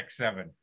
X7